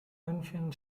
münchen